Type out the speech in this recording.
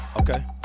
Okay